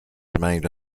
remain